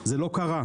זה לא קרה.